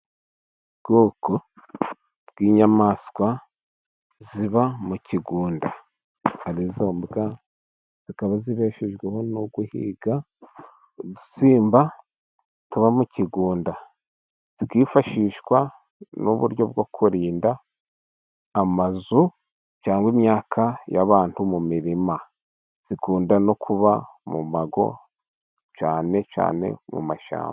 Ubwoko bw'inyamaswa ziba mu kigunda arizo mbwa, zikaba zibeshejweho no guhiga udusimba tuba mu kigunda. Zikifashishwa n'uburyo bwo kurinda amazu cyangwa imyaka y'abantu mu mirima, zikunda no kuba mu mago cyane cyane mu mashyamba.